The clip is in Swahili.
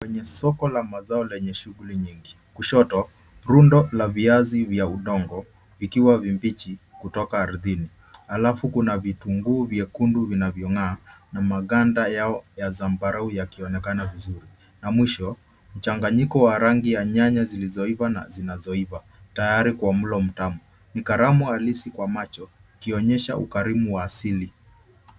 Kwenye soko la mazao lenye shughuli nyingi , kushoto rundo la viazi vya udongo ikiwa mbichi kutoka ardhini alafu kuna vitunguu vyekundu vinavyong'aa na maganda yao ya zambarau yakionekana vizuri. Na mwisho, mchanganyiko wa rangi ya nyanya zilizoiva na zinazoiva tayari kwa mlo mtamu. Ni karamu halisi kwa macho ikionyesha ukarimu wa asili.